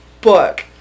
book